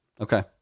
Okay